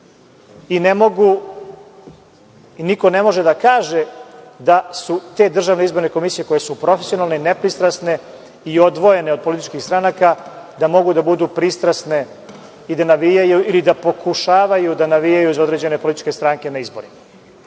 I niko ne može da kaže da su te državne izborne komisije koje su profesionalne i nepristrasne i odvojene od političkih stranaka, da mogu da budu pristrasne i da navijaju, ili da pokušavaju da navijaju za određene političke stranke na izborima.